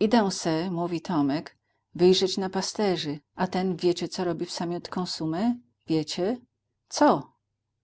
idę se mówił tomek wyjrzeć na pasterzy a ten wiecie co robi w samiutką sumę wiecie co